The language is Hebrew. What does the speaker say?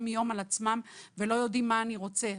יום על עצמם ולא יודעים מה אני רוצה,